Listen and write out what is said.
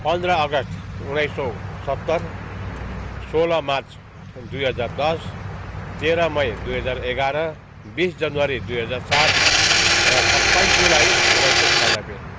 पन्ध्र अगस्ट उन्नाइस सौ सत्तर सोह्र मार्च दुई हजार दस तेह्र मई दुई हजार एघार बिस जनवरी दुई हजार सात र सत्ताइस जुलाई उन्नाइस सौ छयान्नब्बे